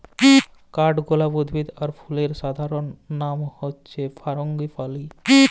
কাঠগলাপ উদ্ভিদ আর ফুলের সাধারণলনাম হচ্যে ফারাঙ্গিপালি